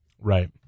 Right